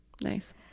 nice